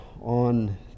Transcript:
on